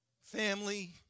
Family